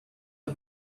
are